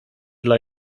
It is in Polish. dla